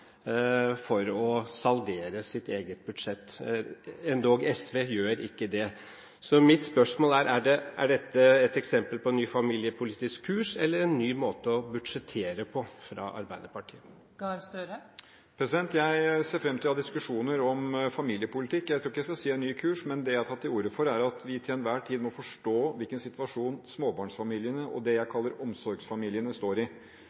for å saldere sitt eget budsjett. Ikke engang SV gjør det. Mitt spørsmål er: Er dette et eksempel på en ny familiepolitisk kurs eller en ny måte å budsjettere på fra Arbeiderpartiet? Jeg ser fram til å ha diskusjoner om familiepolitikk. Jeg tror ikke jeg skal si at det er en ny kurs. Det jeg har tatt til orde for, er at vi til enhver tid må forstå hvilken situasjon småbarnsfamiliene og det jeg kaller omsorgsfamiliene, står i.